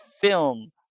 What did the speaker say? film